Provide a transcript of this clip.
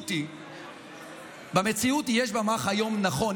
במציאות יש ממ"ח היום, נכון.